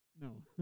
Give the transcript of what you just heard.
no